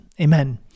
amen